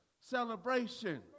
celebration